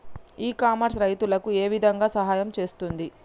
ఇ commerce రైతులకు ఏ విధంగా సహాయం చేస్తుంది?